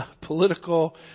political